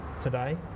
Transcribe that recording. today